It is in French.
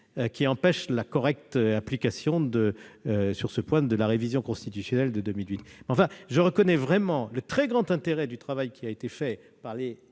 qui empêchent la correcte application sur ce point de la révision constitutionnelle de 2008. Je reconnais toutefois le très grand intérêt du travail qui a été